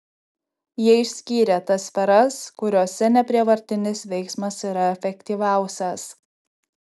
jie išskyrė tas sferas kuriose neprievartinis veiksmas yra efektyviausias